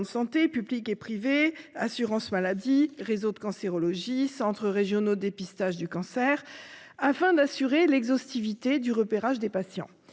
santé, publics et privés, assurance maladie, réseaux de cancérologie, centres régionaux de dépistage du cancer -, afin d'assurer l'exhaustivité du repérage des patients.